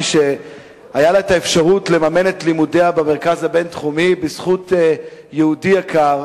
שהיתה לה האפשרות לממן את לימודיה במרכז הבין-תחומי בזכות יהודי יקר